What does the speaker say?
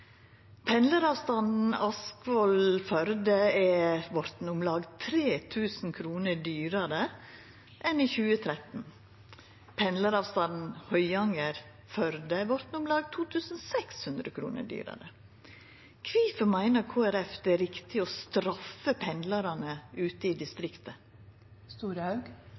om lag 3 000 kr dyrare enn i 2013. Pendlaravstanden Høyanger–Førde har vorte om lag 2 600 kr dyrare. Kvifor meiner Kristeleg Folkeparti at det er riktig å straffa pendlarane ute i distriktet?